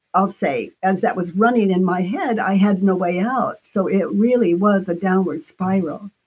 i'll say, as that was running in my head, i had no way out, so it really was a downward spiral.